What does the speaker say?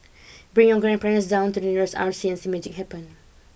bring your grandparents down to the nearest R C and see magic happen